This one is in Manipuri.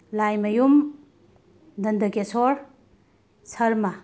ꯂꯥꯏꯃꯌꯨꯝ ꯅꯟꯗꯀꯦꯁꯣꯔ ꯁꯔꯃꯥ